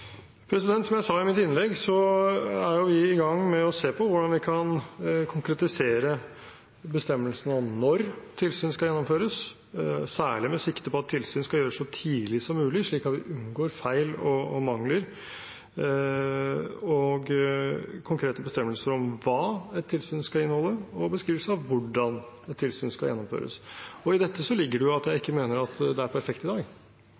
Som jeg sa i mitt innlegg, er vi i gang med å se på hvordan vi kan konkretisere bestemmelsene om når tilsyn skal gjennomføres, særlig med sikte på at tilsyn skal gjøres så tidlig som mulig, slik at vi unngår feil og mangler, konkrete bestemmelser om hva et tilsyn skal inneholde, og beskrivelser av hvordan et tilsyn skal gjennomføres. I dette ligger det jo at jeg ikke mener at det er perfekt i dag.